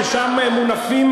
ששם מונפים,